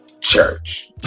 church